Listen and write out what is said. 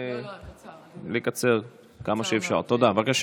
הבא בסדר-היום, הצעת חוק הגנה על